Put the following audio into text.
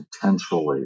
potentially